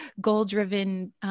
goal-driven